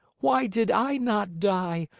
why did i not die,